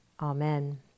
Amen